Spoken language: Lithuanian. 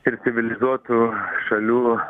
ir civilizuotų šalių